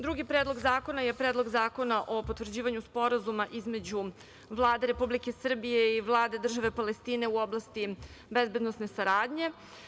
Drugi predlog zakona je Predlog zakona o potvrđivanju Sporazuma između Vlade Republike Srbije i Vlade države Palestine u oblasti bezbedonosne saradnje.